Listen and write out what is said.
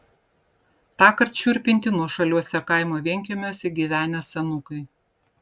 tąkart šiurpinti nuošaliuose kaimo vienkiemiuose gyvenę senukai